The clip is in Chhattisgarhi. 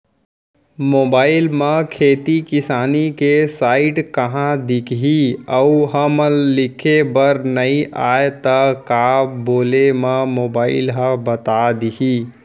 मोबाइल म खेती किसानी के साइट कहाँ दिखही अऊ हमला लिखेबर नई आय त का बोले म मोबाइल ह बता दिही?